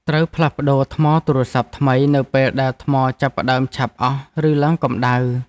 ត្រូវផ្លាស់ប្តូរថ្មទូរស័ព្ទថ្មី នៅពេលដែលថ្មចាប់ផ្តើមឆាប់អស់ ឬឡើងកម្តៅ។